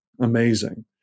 amazing